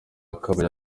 akaba